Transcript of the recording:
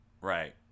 Right